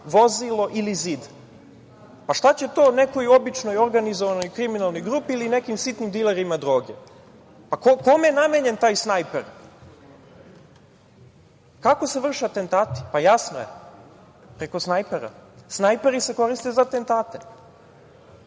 vozilo ili zid. Šta će to nekoj običnoj organizovanoj kriminalnoj grupi ili nekim sitnim dilerima droge? Kome je namenjen taj snajper? Kako se vrše atentati? Jasno je, preko snajpera. Snajperi se koriste za atentate.